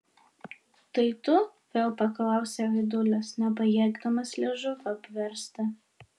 tai tu vėl paklausė aidulis nepajėgdamas liežuvio apversti